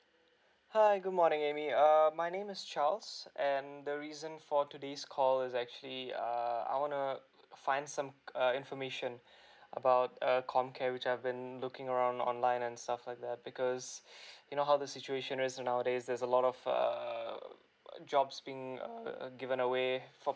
hi good morning amy err my name is charles and the reason for today's call is actually err I want to find some uh information about uh com care which I've been looking around online and stuff like that because you know how the situation is a nowadays there's a lot of err jobs being uh uh given a way for